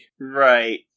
Right